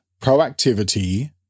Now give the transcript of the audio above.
proactivity